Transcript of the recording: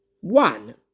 one